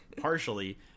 partially